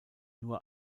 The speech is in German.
nur